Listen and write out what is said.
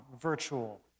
virtual